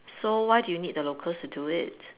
so why do you need the locals to do it